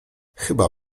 chyba